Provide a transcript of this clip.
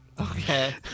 Okay